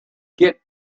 get